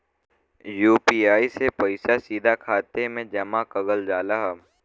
UPI से पइसा सीधा खाते में जमा कगल जाला